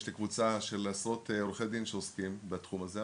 יש לי קבוצה של עשרות עורכי דין שעוסקים בתחום הזה.